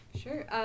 Sure